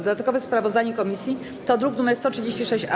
Dodatkowe sprawozdanie komisji to druk nr 136-A.